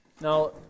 Now